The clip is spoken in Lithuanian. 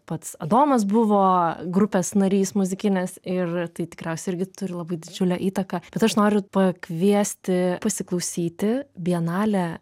pats adomas buvo grupės narys muzikinės ir tai tikriausiai irgi turi labai didžiulę įtaką bet aš noriu pakviesti pasiklausyti bienalę